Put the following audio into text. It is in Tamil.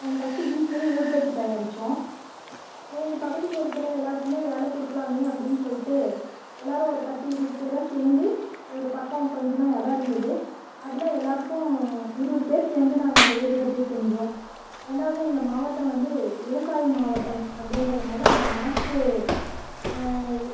நாங்கள் ஃபஸ்ட்டு வீட்லேயே ஊதுபத்தி தயாரிச்சோம் எங்கள் பக்கத்தில் இருக்கிற எல்லாருக்குமே வேலை கொடுக்கலாமே அப்படின்னு சொல்லிட்டு எல்லாரும் ஒரு பத்து இருபது பேராக சேர்ந்து ஒரு பக்கம் கொஞ்சமாக இடம் இருந்தது அதில் எல்லாருக்கும் இருபது பேர் சேர்ந்து நாங்கள் அந்த ஊதுபத்தியை செஞ்சோம் ரெண்டாவது எங்கள் மாவட்டம் வந்து விவசாய மாவட்டம் அப்படின்றதனால அந்த நாற்று